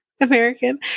American